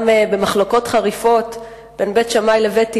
גם במחלוקות חריפות בין בית שמאי לבית הלל,